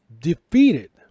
defeated